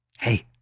Hey